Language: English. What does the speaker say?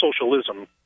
socialism